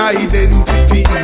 identity